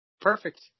perfect